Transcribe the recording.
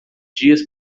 dias